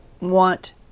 want